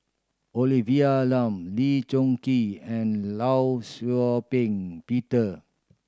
Olivia Lum Lee Choon Kee and Law Shau Ping Peter